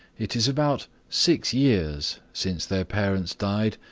it is about six years since their parents died,